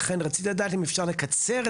לכן יש פה באמת חשיבות אדירה לתוכניות